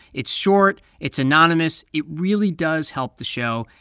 it's short. it's anonymous. it really does help the show,